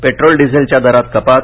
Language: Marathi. पेटोल डिझेलच्या दरात कपात